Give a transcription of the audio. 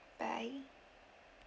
bye